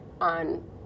on